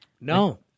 No